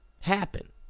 happen